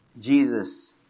Jesus